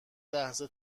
لحظه